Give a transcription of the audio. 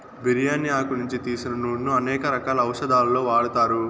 బిర్యాని ఆకు నుంచి తీసిన నూనెను అనేక రకాల ఔషదాలలో వాడతారు